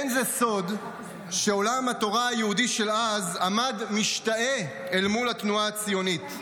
אין זה סוד שעולם התורה היהודי של אז עמד משתאה מול התנועה הציונית.